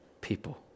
people